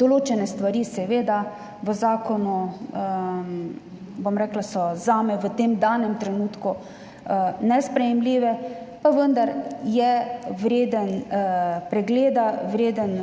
določene stvari v zakonu so zame v tem danem trenutku nesprejemljive, pa vendar je vreden pregleda, vreden